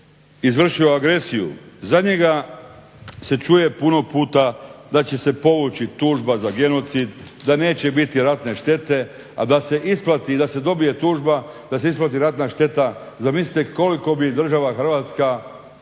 izvršio agresiju za njega se čuje puno puta da će se povući tužba za genocid, da neće biti ratne štete, a da se isplati i da se dobije tužba, da se isplati ratna šteta. Zamislite koliko bi država Hrvatska